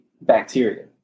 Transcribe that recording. bacteria